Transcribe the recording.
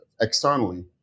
Externally